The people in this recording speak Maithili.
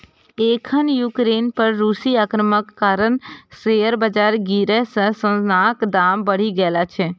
एखन यूक्रेन पर रूसी आक्रमणक कारण शेयर बाजार गिरै सं सोनाक दाम बढ़ि गेल छै